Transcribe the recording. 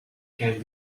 can